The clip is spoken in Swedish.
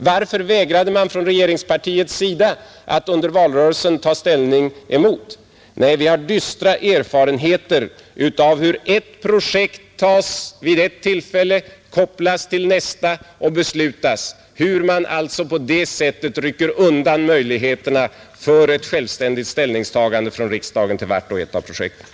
Varför vägrade man från regeringspartiets sida att i valrörelsen ta ställning emot? Nej, vi har dystra erfarenheter av hur ett projekt tas vid ett tillfälle, sedan kopplas till nästa som då måste beslutas, och hur man alltså på det sättet rycker undan möjligheterna för riksdagen till ett självständigt ställningstagande till vart och ett av projekten.